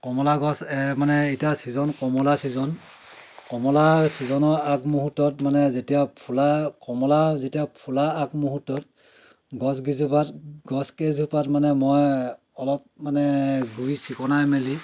কমলা গছ মানে এতিয়া ছিজন কমলা ছিজন কমলা ছিজনৰ আগমুহূৰ্তত মানে যেতিয়া ফুলা কমলা যেতিয়া ফুলাৰ আগমুহূৰ্তত গছ গিজোপাত গছ কেইজোপাত মানে মই অলপ মানে গুৰি চিকুনাই মেলি